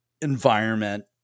environment